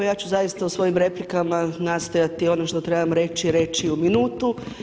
Ja ću zaista u svojim replikama nastojati ono što trebam reći, reći u minutu.